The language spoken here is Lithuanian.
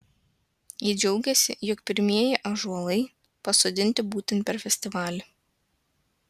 ji džiaugėsi jog pirmieji ąžuolai pasodinti būtent per festivalį